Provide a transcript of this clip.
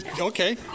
Okay